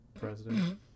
President